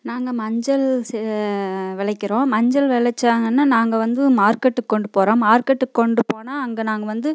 நாங்கள் மஞ்சள் செ விளைக்கிறோம் மஞ்சள் விளச்சாங்கன்னா நாங்கள் வந்து மார்க்கெட்டுக்கு கொண்டு போகிறோம் மார்க்கெட்டுக்கு கொண்டு போனால் அங்கே நாங்கள் வந்து